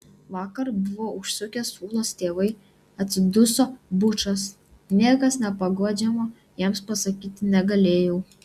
vakar buvo užsukę ūlos tėvai atsiduso bučas nieko paguodžiamo jiems pasakyti negalėjau